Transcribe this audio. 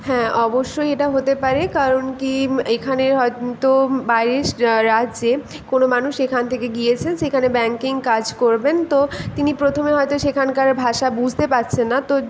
হ্যাঁ অবশ্যই এটা হতে পারে কারণ কী এখানে হয়তো বাইরের স্ রাজ্যে কোনো মানুষ এখান থেকে গিয়েছে সেখানে ব্যাঙ্কিং কাজ করবেন তো তিনি প্রথমে হয়তো সেখানকার ভাষা বুঝতে পারছে না তো